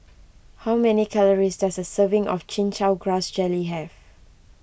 how many calories does a serving of Chin Chow Grass Jelly have